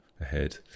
ahead